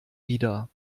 wieder